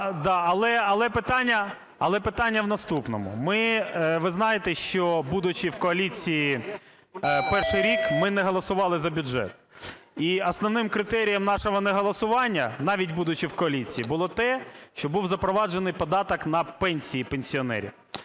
Але питання в наступному. Ви знаєте, що будучи в коаліції перший рік, ми не голосували за бюджет. І основним критерієм нашого не голосування, навіть будучи в коаліції, було те, щоб був запроваджений податок на пенсії пенсіонерів.